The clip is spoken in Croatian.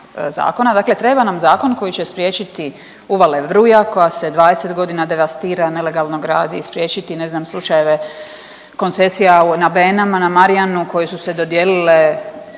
dakle treba nam zakon koji će spriječiti Uvale Vruja koja se 20 godina devastira, nelegalno gradi, spriječiti ne znam slučajeve koncesija na Benama, na Marjanu koji su se dodijelile